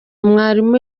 mwalimu